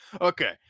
okay